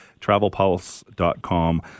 travelpulse.com